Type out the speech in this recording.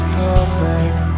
perfect